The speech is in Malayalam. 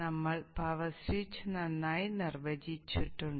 നമ്മൾ പവർ സ്വിച്ച് നന്നായി നിർവചിച്ചിട്ടുണ്ട്